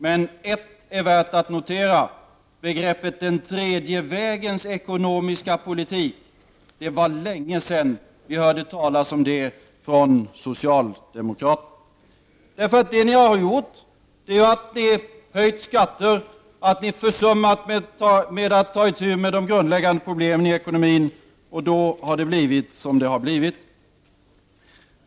Det är emellertid värt att notera att vi inte har hört talas om begreppet ”den tredje vägens ekonomiska politik” på mycket länge från socialdemokraterna. Vad ni har gjort är att ni har höjt skatter och försummat att ta itu med de grundläggande problemen i ekonomin. Nu kan vi se resultatet.